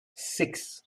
six